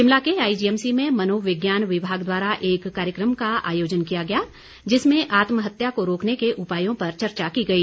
शिमला के आईजीएमसी में मनोविज्ञान विभाग द्वारा एक कार्यक्रम का आयोजन किया गया जिसमें आत्महत्या को रोकने के उपायों पर चर्चा की गई